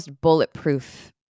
bulletproof